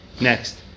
Next